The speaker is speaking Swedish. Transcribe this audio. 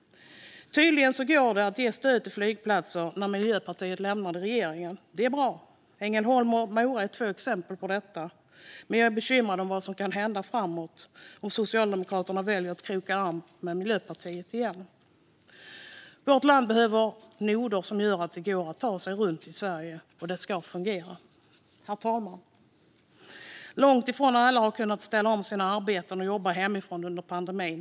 Tydligen gick det att ge stöd till flygplatser när Miljöpartiet lämnade regeringen. Det är bra. Ängelholm och Mora är två exempel på detta. Jag är dock bekymrad över vad som kan hända framöver om Socialdemokraterna väljer att kroka arm med Miljöpartiet igen. Vårt land behöver noder som gör att det går att ta sig runt i Sverige, och det ska fungera. Herr talman! Långt ifrån alla har kunnat ställa om sina arbeten och jobba hemifrån under pandemin.